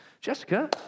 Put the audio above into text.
Jessica